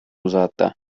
uzata